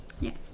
Yes